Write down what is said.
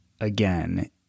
again